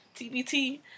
TBT